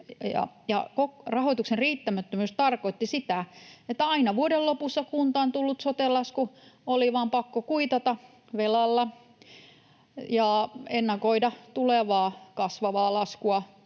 rahoituksen riittämättömyys tarkoitti koko ajan sitä, että aina vuoden lopussa kuntaan tullut soten lasku oli vain pakko kuitata velalla ja ennakoida tulevaa, kasvavaa laskua